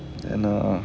and uh